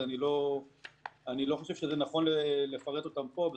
אני לא חושב שזה נכון לפרט אותן פה כי